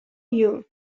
you